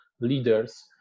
leaders